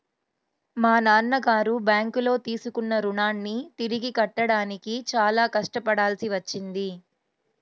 మా నాన్నగారు బ్యేంకులో తీసుకున్న రుణాన్ని తిరిగి కట్టడానికి చాలా కష్టపడాల్సి వచ్చింది